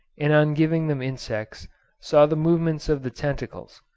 and on giving them insects saw the movements of the tentacles,